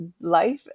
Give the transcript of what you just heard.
life